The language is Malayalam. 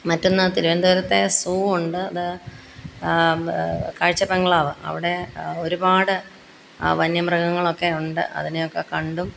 മറ്റൊന്ന് തിരുവനന്തപുരത്തെ സൂ ഉണ്ട് അത് കാഴ്ചബംഗ്ലാവ് അവിടെ ഒരുപാട് വന്യമൃഗങ്ങളൊക്കെ ഉണ്ട് അതിനേയൊക്കെക്കണ്ടും